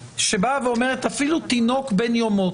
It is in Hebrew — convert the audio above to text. שאומרת שאפילו תינוק בן יומו,